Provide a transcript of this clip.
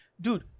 dude